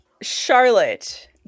Charlotte